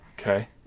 Okay